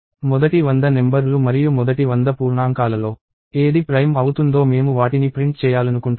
మొదటి 100 నెంబర్ లు మరియు మొదటి 100 పూర్ణాంకాలలో ఏది ప్రైమ్ అవుతుందో మేము వాటిని ప్రింట్ చేయాలనుకుంటున్నాము